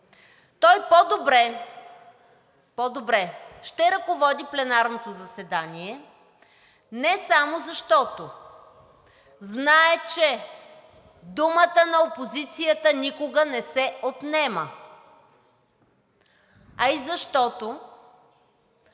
той по-добре ще ръководи пленарното заседание не само защото знае, че думата на опозицията никога не се отнема, а и защото